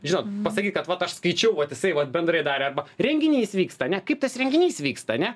žinot pasakyti kad vat aš skaičiau vat jisai vat bendrai darė arba renginys vyksta ane kaip tas renginys vyksta ane